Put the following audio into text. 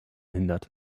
hindert